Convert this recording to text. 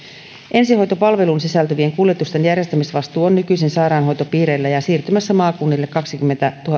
ensihoitopalveluun sisältyvien kuljetusten järjestämisvastuu on nykyisin sairaanhoitopiireillä ja siirtymässä maakunnille